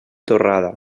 torrada